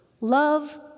love